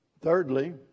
Thirdly